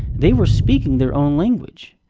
they were speaking their own language.